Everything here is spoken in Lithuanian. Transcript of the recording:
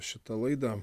šitą laidą